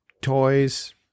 toys